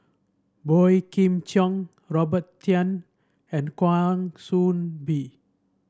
Boey Kim Cheng Robert Tan and Kwa Soon Bee